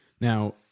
now